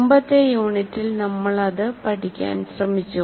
മുമ്പത്തെ യൂണിറ്റിൽ നമ്മൾ അത് പഠിക്കാൻ ശ്രമിച്ചു